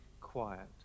quiet